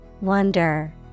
Wonder